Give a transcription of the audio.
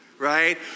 Right